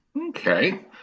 Okay